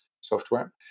software